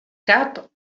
cap